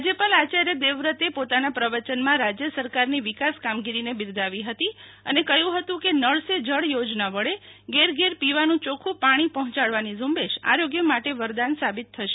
રાજ્યપાલ આચાર્ય દેવવ્રતે પોતાના પ્રવયનમાં રાજ્ય સરકારની વિકાસ કામગીરીને બિરદાવી હતી અને કહ્યું હતું કે નળ સે જળ યોજના વડે ઘેર ઘેર પીવાનું યોખ્યું પાણી પહ્યોંયાડવાની ઝુંબેશ ખરેખર જાણ આરોગ્ય માટે વરદાન સાબિત થશે